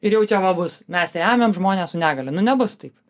ir jaučia va bus mes remiam žmones su negalia nu nebus taip